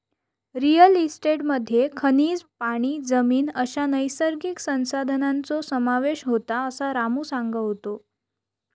real इस्टेटमध्ये खनिजे, पाणी, जमीन अश्या नैसर्गिक संसाधनांचो समावेश होता, असा रामू सांगा होतो